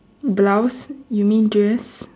blouse you mean dress